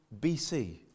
BC